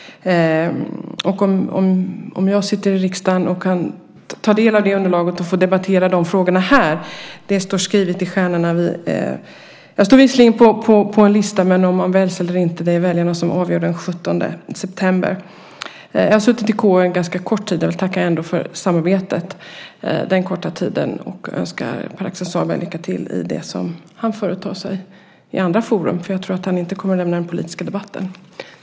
Om jag sitter i riksdagen och kan ta del av det underlaget och få debattera de frågorna här står skrivet i stjärnorna. Jag står visserligen på en lista, men om jag väljs eller inte avgör väljarna den 17 september. Jag har suttit i KU en ganska kort tid. Jag vill ändå tacka för samarbetet under den korta tiden och önskar Pär Axel Sahlberg lycka till i det som han företar sig i andra forum. Jag tror nämligen inte att han kommer att lämna den politiska debatten.